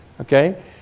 Okay